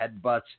headbutts